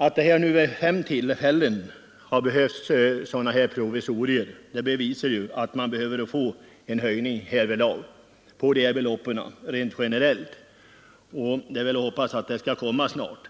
Att det hittills har behövts sådana här provisorier bevisar att det fordras en generell höjning av beloppen, och jag hoppas att en sådan höjning snart